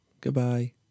Goodbye